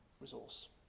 resource